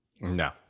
No